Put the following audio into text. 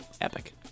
epic